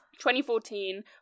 2014